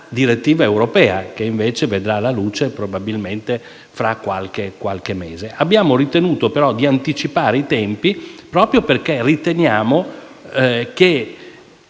direttiva europea, la quale vedrà la luce probabilmente fra qualche mese. Abbiamo inteso anticipare i tempi proprio perché riteniamo che